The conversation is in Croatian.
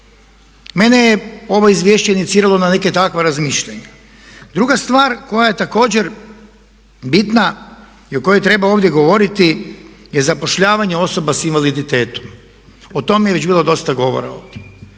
Mene je ovo izvješće iniciralo na neka takva razmišljanja. Druga stvar koja je također bitna i o kojoj treba ovdje govoriti je zapošljavanje osoba sa invaliditetom. O tome je već bilo dosta govora ovdje.